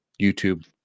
YouTube